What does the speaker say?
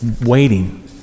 waiting